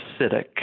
acidic